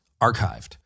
archived